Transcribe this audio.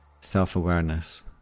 self-awareness